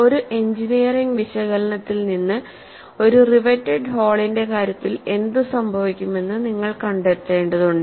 ഒരു എഞ്ചിനീയറിംഗ് വിശകലനത്തിൽ നിന്ന് ഒരു റിവേറ്റഡ് ഹോളിന്റെ കാര്യത്തിൽ എന്ത് സംഭവിക്കുമെന്ന് നിങ്ങൾ കണ്ടെത്തേണ്ടതുണ്ട്